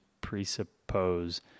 presuppose